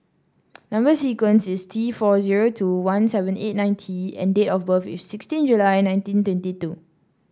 number sequence is T four zero two one seven eight nine T and date of birth is sixteen July nineteen twenty two